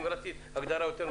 אם רצית הגדרה יותר מדויקת.